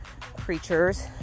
creatures